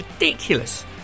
ridiculous